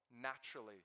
naturally